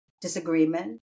disagreement